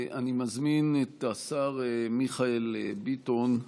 אני מזמין את השר מיכאל ביטון,